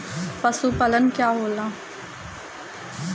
पशुपलन का होला?